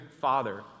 father